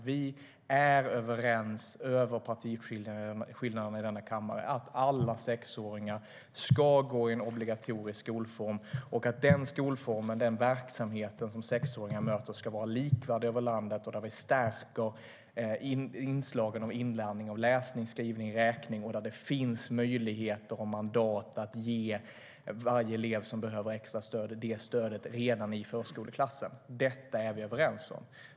Vi är överens över partigränserna i denna kammare om att alla sexåringar ska gå i en obligatorisk skolform och att den skolform och den verksamhet som sexåringar möter ska vara likvärdig över landet. Vi ska stärka inslagen av inlärning av läsning, skrivning och räkning, och det ska finnas möjligheter och mandat att ge varje elev som behöver det extra stöd redan i förskoleklassen. Detta är vi överens om.